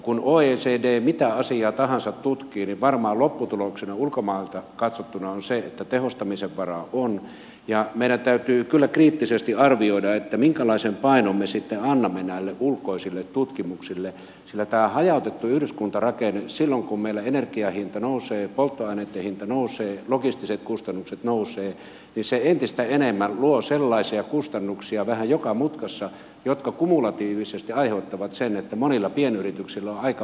kun oecd mitä asiaa tahansa tutkii niin varmaan lopputuloksena ulkomailta katsottuna on se että tehostamisen varaa on ja meidän täytyy kyllä kriittisesti arvioida minkälaisen painon me sitten annamme näille ulkoisille tutkimuksille sillä tämä hajautettu yhdyskuntarakenne silloin kun meillä energian hinta nousee polttoaineitten hinta nousee logistiset kustannukset nousevat sellaisia kustannuksia entistä enemmän luo vähän joka mutkassa jotka kumulatiivisesti aiheuttavat sen että monilla pienyrityksillä on aika vaikeaa pärjätä